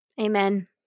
Amen